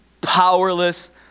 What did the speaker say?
powerless